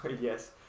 yes